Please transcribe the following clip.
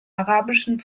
arabischen